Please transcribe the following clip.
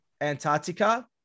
Antarctica